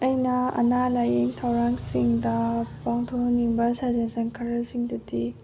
ꯑꯩꯅ ꯑꯅꯥ ꯂꯥꯏꯌꯦꯡ ꯊꯧꯔꯥꯡꯁꯤꯡꯗ ꯄꯥꯡꯊꯣꯛꯅꯤꯡꯕ ꯁꯖꯦꯁꯟ ꯈꯔꯁꯤꯡꯗꯨꯗꯤꯗꯨꯗꯤ